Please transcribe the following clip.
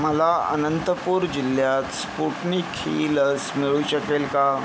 मला अनंतपुर जिल्ह्यात स्पुटनिक ही लस मिळू शकेल का